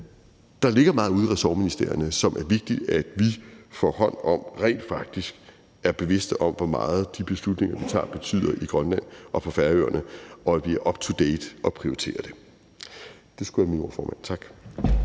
der ligger meget ude i ressortministerierne, som det er vigtigt at vi får hånd om, og at vi rent faktisk skal være bevidste om, hvor meget de beslutninger, vi tager, betyder i Grønland og på Færøerne, og at vi er up to date og prioriterer det. Det skulle være mine ord, formand. Tak.